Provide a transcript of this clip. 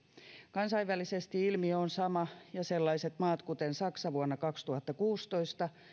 kansainvälisesti ilmiö on sama ja sellaiset maat kuten saksa vuonna kaksituhattakuusitoista